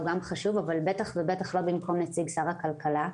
גם חשוב אבל בטח ובטח לא במקום נציג שר הכלכלה.